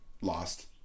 Lost